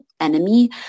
enemy